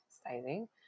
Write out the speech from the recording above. styling